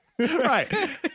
Right